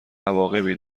عواقبی